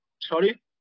sorry